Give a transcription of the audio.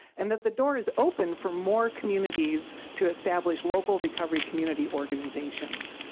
and that the door is open for more communities to establish local recovery community organizations.